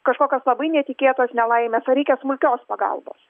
kažkokios labai netikėtos nelaimės ar reikia smulkios pagalbos